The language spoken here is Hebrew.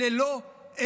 אלה לא NGOs,